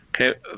Okay